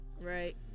right